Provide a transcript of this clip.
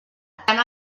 tant